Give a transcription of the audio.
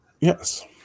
Yes